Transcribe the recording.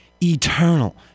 eternal